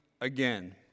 again